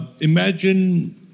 Imagine